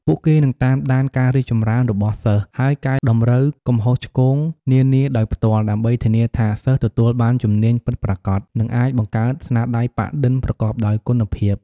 ពួកគេនឹង តាមដាន ការរីកចម្រើនរបស់សិស្ស ហើយកែតម្រូវកំហុសឆ្គងនានាដោយផ្ទាល់ ដើម្បីធានាថាសិស្សទទួលបានជំនាញពិតប្រាកដ និងអាចបង្កើតស្នាដៃប៉ាក់-ឌិនប្រកបដោយគុណភាព។